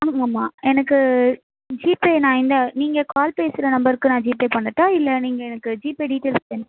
ஆ ஆமாம் எனக்கு ஜிபே நான் இந்த நீங்கள் கால் பேசுகிற நம்பர்க்கு நான் ஜிபே பண்ணட்டா இல்லை நீங்கள் எனக்கு ஜிபே டீடைல்ஸ் செண்ட்